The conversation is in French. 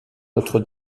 notre